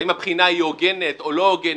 האם הבחינה היא הוגנת או לא הוגנת,